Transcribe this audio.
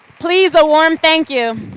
please a warm thank you.